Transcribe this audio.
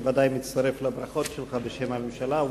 אני בוודאי מצטרף לברכות שלך בשם הממשלה.